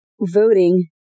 voting